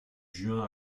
juin